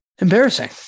embarrassing